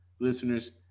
listeners